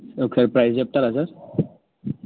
ఒకసారి ప్రైజ్ చెప్తారా సార్